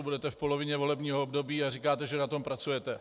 Budete v polovině volebního období a říkáte, že na tom pracujete.